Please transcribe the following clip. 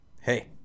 hey